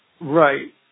Right